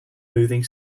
moving